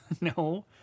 No